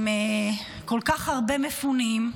עם כל כך הרבה מפונים,